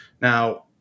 Now